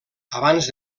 abans